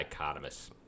dichotomous